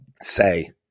say